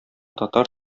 татар